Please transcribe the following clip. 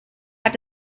hat